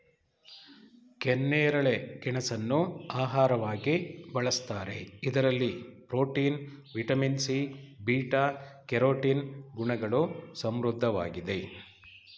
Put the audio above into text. ಕೆನ್ನೇರಳೆ ಗೆಣಸನ್ನು ಆಹಾರವಾಗಿ ಬಳ್ಸತ್ತರೆ ಇದರಲ್ಲಿ protein, vitamin C, beta carotene ಗುಣಗಳು ಸಮೃದ್ಧವಾಗಿದೆ